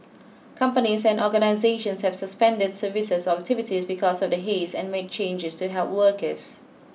companies and organisations have suspended services or activities because of the haze and made changes to help workers